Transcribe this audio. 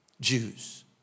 Jews